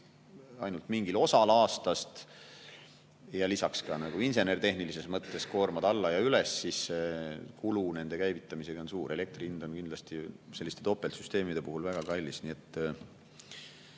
ainult mingil osal aastast ja lisaks insener-tehnilises mõttes koormad alla ja üles, siis nende käivitamise kulu on suur. Elektri hind on kindlasti selliste topeltsüsteemide puhul väga kallis.